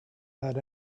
had